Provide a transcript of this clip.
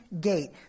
gate